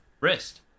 wrist